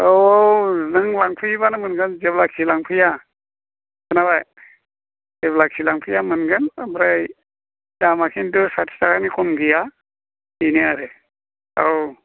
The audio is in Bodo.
औ औ नों लांफैयोब्लानो मोनगोन जेब्लाखि लांफैया खोनाबाय जेब्लाखि लांफैया मोनगोन आमफ्राय दामा खिन्थु साथि थाखानि खम गैया बेनोआरो औ